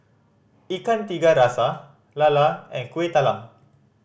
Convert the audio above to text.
Ikan Tiga Rasa lala and Kueh Talam